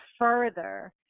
further